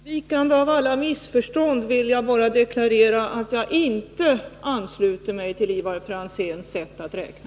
Herr talman! För undvikande av alla missförstånd vill jag bara deklarera att jag inte ansluter mig till Ivar Franzéns sätt att räkna.